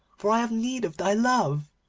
for i have need of thy love